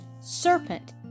serpent